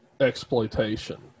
exploitation